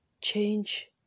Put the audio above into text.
change